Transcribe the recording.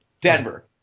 Denver